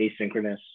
asynchronous